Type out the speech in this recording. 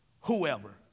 whoever